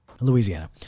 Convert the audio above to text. louisiana